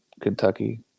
kentucky